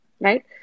right